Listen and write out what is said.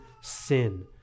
sin